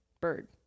Bird